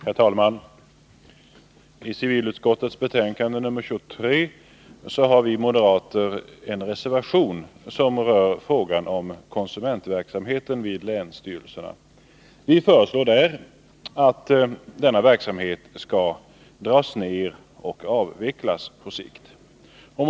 Herr talman! I civilutskottets betänkande 23 har vi moderater en reservation som rör frågan om konsumentverksamheten vid länsstyrelserna. Vi föreslår där att denna verksamhet skall dras ner och på sikt avvecklas.